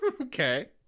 Okay